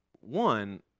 One